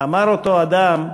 אמר אותו אדם: